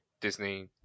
Disney